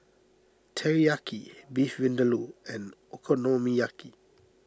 Teriyaki Beef Vindaloo and Okonomiyaki